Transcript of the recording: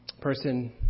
person